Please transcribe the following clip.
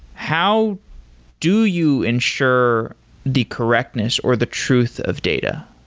how do you ensure the correctness or the truth of data?